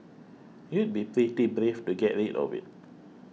you'd be pretty brave to get rid of it